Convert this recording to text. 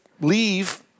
leave